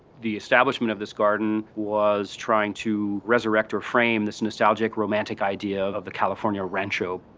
the establishment of this garden was trying to resurrect or frame this nostalgic romantic idea of the california rancho.